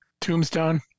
Tombstone